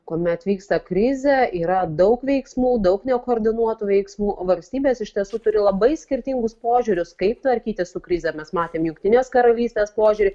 kuomet vyksta krizė yra daug veiksmų daug nekoordinuotų veiksmų valstybės iš tiesų turi labai skirtingus požiūrius kaip tvarkytis su krize mes matėm jungtinės karalystės požiūrį